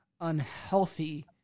unhealthy